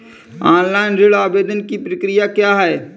Online ऋण आवेदन की प्रक्रिया क्या है?